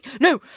no